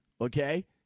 okay